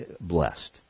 blessed